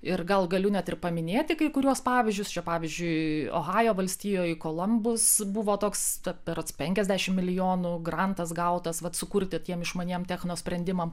ir gal galiu net ir paminėti kai kuriuos pavyzdžius čia pavyzdžiui ohajo valstijoj kolumbas buvo toks berods penkiasdešimt milijonų grantas gautas vat sukurti tiem išmaniem techno sprendimam